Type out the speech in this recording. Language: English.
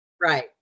Right